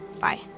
Bye